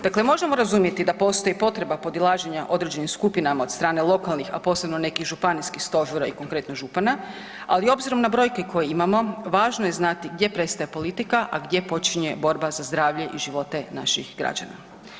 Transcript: Dakle, možemo razumjeti da postoji potreba podilaženja određenim skupinama od strane lokalnih, a posebno nekih županijskih stožera i konkretno župana ali obzirom na brojke koje imamo važno je znati gdje prestaje politika, a gdje počinje borba za zdravlje i živote naših građana.